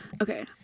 Okay